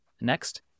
Next